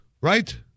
right